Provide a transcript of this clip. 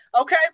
Okay